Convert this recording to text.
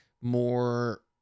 more